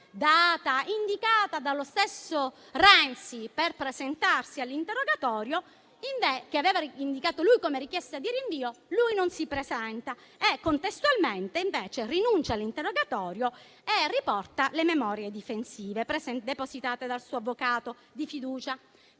data indicata dallo stesso Renzi per presentarsi all'interrogatorio, che egli stesso aveva indicato come richiesta di rinvio, non si presenta e contestualmente rinuncia all'interrogatorio e riporta le memorie difensive depositate dal suo avvocato di fiducia.